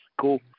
Cool